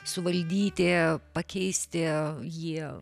suvaldyti pakeisti jį